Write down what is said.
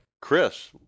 Chris